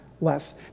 less